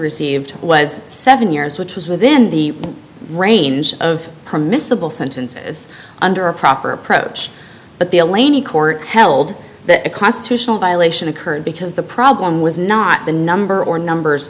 received was seven years which was within the range of permissible sentences under a proper approach but the elaine in court held that a constitutional violation occurred because the problem was not the number or numbers